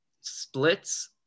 splits